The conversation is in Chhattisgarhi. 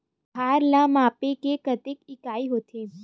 भार ला मापे के कतेक इकाई होथे?